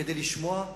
כדי לשמוע,